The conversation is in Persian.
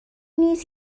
نیست